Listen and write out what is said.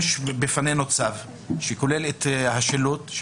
יש בפנינו צו שכולל גם את השילוט.